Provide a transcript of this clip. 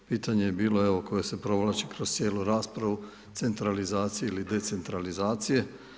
Pitanje je bilo evo koje se provlači kroz cijelu raspravu centralizacije ili decentralizacije.